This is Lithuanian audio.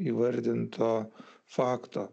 įvardinto fakto